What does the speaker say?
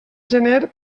gener